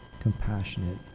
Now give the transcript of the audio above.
compassionate